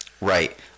right